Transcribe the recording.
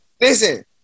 listen